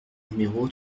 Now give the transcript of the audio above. numéro